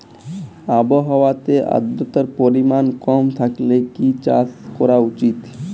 আবহাওয়াতে আদ্রতার পরিমাণ কম থাকলে কি চাষ করা উচিৎ?